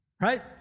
right